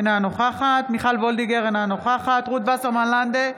בעד מיכל וולדיגר, אינה נוכחת רות וסרמן לנדה,